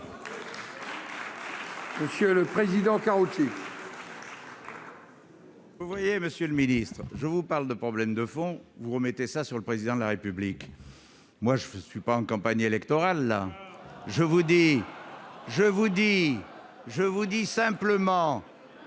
Monsieur le Président, Karoutchi. Vous voyez, Monsieur le Ministre, je vous parle de problèmes de fond vous remettez ça sur le président de la République, moi je ne suis pas en campagne, elle. Je vous dis, je vous dis, je vous dis simplement